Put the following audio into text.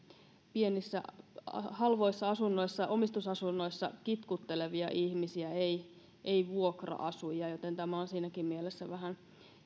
halvoissa omistusasunnoissa kitkuttelevia ihmisiä ei ei vuokra asujia joten tämä on siinäkin mielessä vähän